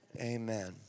Amen